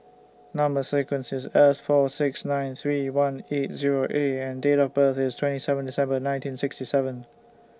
Number sequence IS S four six nine three one eight Zero A and Date of birth IS twenty seven December nineteen sixty seven